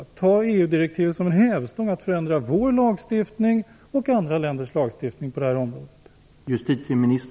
Använd EU-direktivet som en hävstång för att förändra vår lagstiftning och andra länders lagstiftning på det här området!